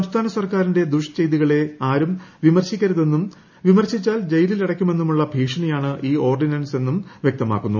സംസ്ഥാന സർക്കാരിന്റെ ദുഷ് ചെയ്തികളെ ആരും വിമർശിക്കരുതെന്നും വിമർശിച്ചാൽ ജയിലിലടക്കമെന്നമുള്ള ഭീഷണിയാണ് ഈ ഓർഡിനൻസ് എന്ന് വൃക്തമാകുന്നു